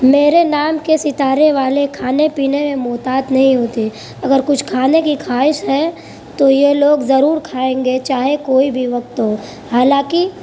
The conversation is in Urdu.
میرے نام کے ستارے والے کھانے پینے میں محتاط نہیں ہوتے اگر کچھ کھانے کی خواہش ہے تو یہ لوگ ضرور کھائیں گے چاہے کوئی بھی وقت ہو حالانکہ